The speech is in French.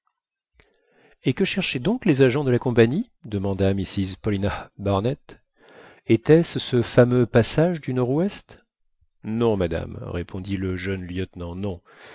et que cherchaient donc les agents de la compagnie demanda mrs paulina barnett était-ce ce fameux passage du nord-ouest non madame répondit le jeune lieutenant non